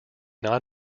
not